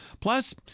Plus